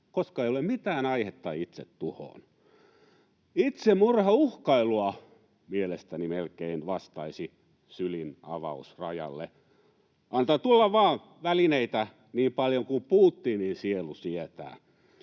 koska ei ole mitään aihetta itsetuhoon. Itsemurhauhkailua mielestäni melkein vastaisi sylin avaus rajalle. Antaa tulla vaan välineitä niin paljon kuin Putinin sielu sietää.